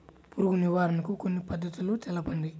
పురుగు నివారణకు కొన్ని పద్ధతులు తెలుపండి?